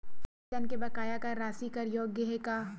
वेतन के बकाया कर राशि कर योग्य हे का?